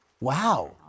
wow